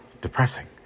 Depressing